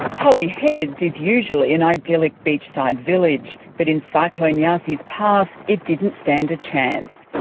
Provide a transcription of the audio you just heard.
tully heads is usually an idyllic beachside village, but in cyclone yasi's path it didn't stand a chance,